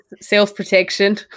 self-protection